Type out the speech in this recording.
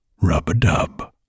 rub-a-dub